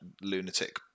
lunatic